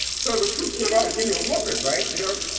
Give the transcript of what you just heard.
so the truth came out, he gave me a whoopin, right, you know?